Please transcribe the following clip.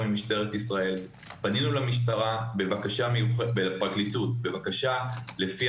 עם משטרת ישראל פנינו למשטרה ולפרקליטות בבקשה לפי